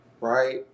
Right